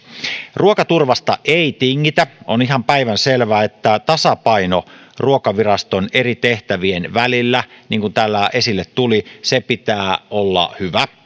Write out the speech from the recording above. ruokaturvasta ei tingitä on ihan päivänselvää että tasapainon ruokaviraston eri tehtävien välillä niin kuin täällä esille tuli pitää olla hyvä